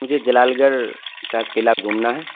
مجھے جلال گڑھ کا قلعہ گھومنا ہے